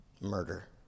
murder